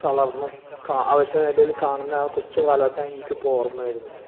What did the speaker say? തളർന്നും അവശനിലയിൽ കാണുന്ന ആ കൊച്ചു കാലഘട്ടം എനിക്കിപ്പോൾ ഓർമ വരുന്നു